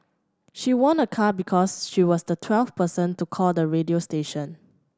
she won a car because she was the twelfth person to call the radio station